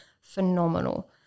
phenomenal